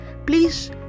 Please